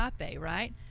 right